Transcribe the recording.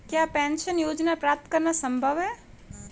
क्या पेंशन योजना प्राप्त करना संभव है?